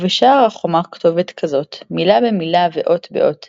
ובשער החומה כתבת כזאת, מלה במלה ואות באות